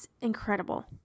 incredible